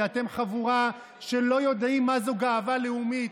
כי אתם חבורה שלא יודעת מה היא גאווה לאומית,